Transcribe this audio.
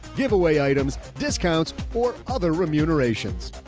giveaway items. discounts or other remunerations.